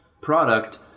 product